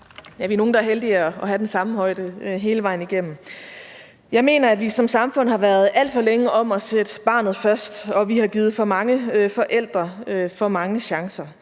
Vi er nogle, der er heldige at have et bord, der har den samme højde hele vejen igennem. Jeg mener, at vi som samfund har været alt for længe om at sætte barnet først, og at vi har givet for mange forældre for mange chancer.